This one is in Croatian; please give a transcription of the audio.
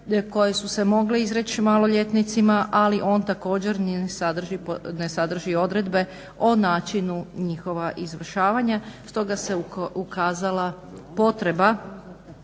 koje su se mogle izreći maloljetnicima, ali on također ne sadrži odredbe o načinu njihova izvršavanja. Stoga se ukazala potreba